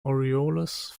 orioles